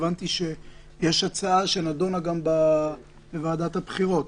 והבנתי שיש הצעה שנדונה גם בוועדת הבחירות.